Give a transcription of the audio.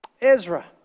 ezra